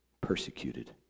persecuted